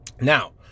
Now